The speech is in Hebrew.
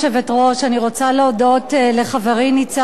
אני רוצה להודות לחברי ניצן הורוביץ,